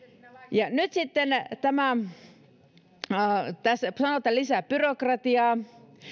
ja kun nyt sitten tässä sanotaan että tämä lisää byrokratiaa